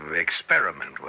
experiment